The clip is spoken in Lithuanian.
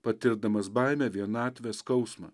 patirdamas baimę vienatvę skausmą